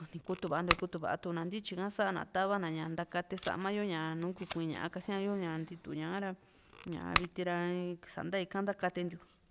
nii kutuvatu, kutuva tuna ntichika sa'ana tavana ñaa takatie saamayo ya nuu kuki'i ña'a kasia yoa tiitu ñaara, ña'a viti ra saata yaka takatiantu.